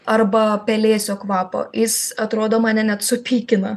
arba pelėsio kvapo jis atrodo mane net supykina